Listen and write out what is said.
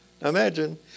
imagine